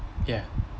ya